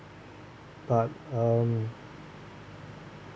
but um